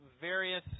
various